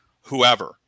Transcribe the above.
whoever